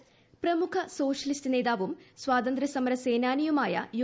കരുണാകരൻ പ്രമുഖ സോഷ്യലിസ്റ്റ് നേതാവും സ്വാതന്ത്ര സമര സേനാനിയുമായ യു